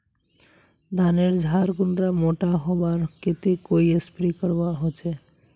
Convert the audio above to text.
धानेर झार कुंडा मोटा होबार केते कोई स्प्रे करवा होचए?